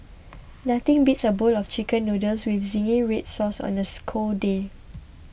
nothing beats a bowl of Chicken Noodles with Zingy Red Sauce on a cold day